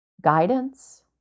guidance